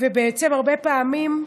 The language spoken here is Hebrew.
ובעצם הרבה פעמים,